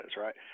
right